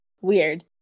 weird